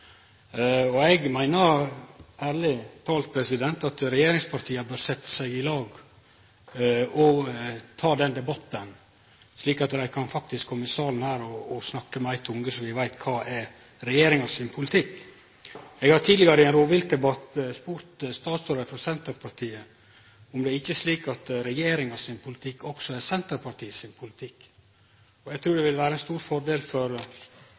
dobbeltkommunikasjon. Eg meiner ærleg talt at regjeringspartia bør setje seg i lag og ta den debatten og komme her i salen og snakke med éin tunge, slik at vi veit kva som er regjeringa sin politikk. Eg har tidlegare i ein rovviltdebatt spurt statsrådar frå Senterpartiet om det ikkje er slik at regjeringa sin politikk òg er Senterpartiet sin politikk. Eg trur det ville vere ein stor fordel for